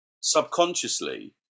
subconsciously